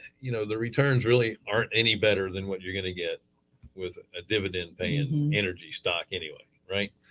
you know, the returns really aren't any better than what you're going to get with a dividend paying energy stock anyway right?